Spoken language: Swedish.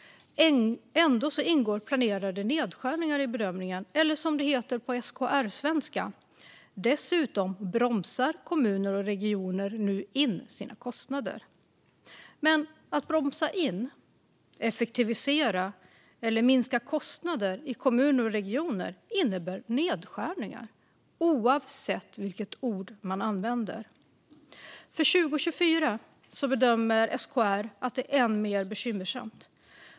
Ändå ingår planerade nedskärningar i bedömningen, eller som det heter på SKR-svenska: Dessutom bromsar kommuner och regioner nu in sina kostnader. Men att bromsa in, effektivisera eller minska kostnader i kommuner och regioner innebär nedskärningar, oavsett vilket ord man använder. För 2024 bedömer SKR att det är än mer bekymmersamt.